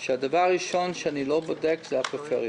שהדבר הראשון שאני לא בודק זה הפריפריה.